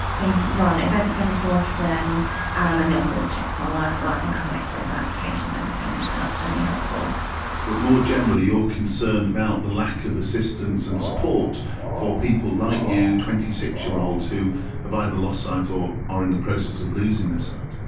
they run events every so often and they'll sort so of check my work, like my cover letters and applications and everything, so that's very helpful but more generally you're concerned about the lack of assistance and support for people like you, twenty six year olds, who have either lost sight or are in the process of losing their sight?